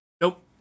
nope